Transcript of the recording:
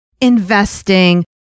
investing